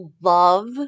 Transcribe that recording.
love